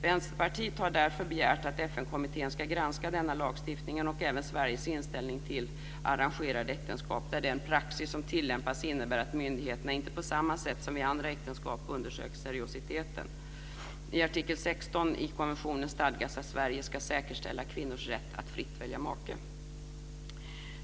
Vänsterpartiet har därför begärt att FN-kommittén ska granska denna lagstiftning och även Sveriges inställning till arrangerade äktenskap, där den praxis som tillämpas innebär att myndigheterna inte på samma sätt som vid andra äktenskap undersöker seriositeten. I artikel 16 b i konventionen stadgas att Sverige ska säkerställa kvinnors rätt att fritt välja make.